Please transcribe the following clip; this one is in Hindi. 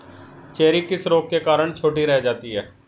चेरी किस रोग के कारण छोटी रह जाती है?